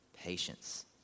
patience